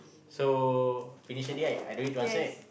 so finish already right I don't need to answer right